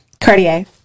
Cartier